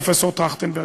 פרופסור טרכטנברג.